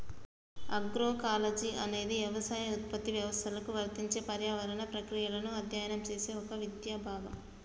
agroecology అనేది యవసాయ ఉత్పత్తి వ్యవస్థలకు వర్తించే పర్యావరణ ప్రక్రియలను అధ్యయనం చేసే ఒక విద్యా భాగం